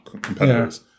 competitors